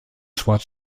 schwarz